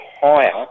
higher